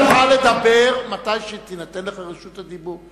אתה תוכל לדבר כשתינתן לך רשות הדיבור.